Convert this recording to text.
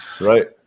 right